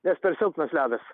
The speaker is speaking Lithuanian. nes per silpnas ledas